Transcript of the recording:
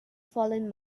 fallen